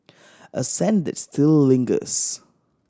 a scent that still lingers